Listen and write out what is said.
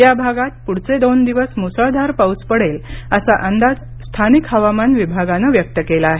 या भागात पुढचे दोन दिवस मुसळधार पाऊस पडेल असा अंदाज स्थानिक हवामान विभागानं व्यक्त केला आहे